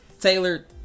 Taylor